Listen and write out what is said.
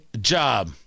job